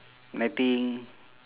netting